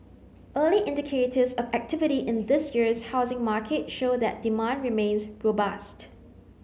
early indicators of activity in this year's housing market show that demand remains robust